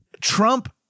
trump